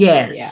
Yes